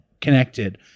connected